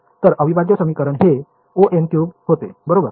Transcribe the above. तर अविभाज्य समीकरण हे O होते बरोबर